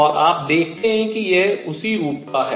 और आप देखते हैं कि यह उसी रूप का है